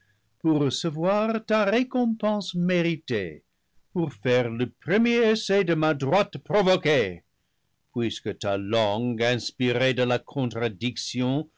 pour recevoir ta récompense méritée pour faire le premier essai de ma droite provoquée puisque ta langue inspirée de la contradiction